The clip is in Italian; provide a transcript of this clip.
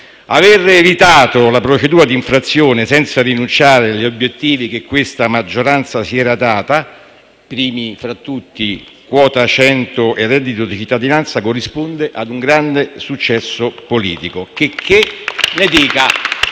Aver evitato la procedura di infrazione senza rinunciare gli obiettivi che questa maggioranza si era data, primi tra tutti quota 100 e reddito di cittadinanza, corrisponde a un grande successo politico, checché ne dica